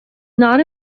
not